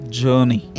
journey